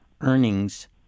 earnings